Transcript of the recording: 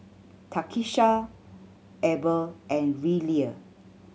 Takisha Eber and Lillia